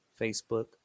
Facebook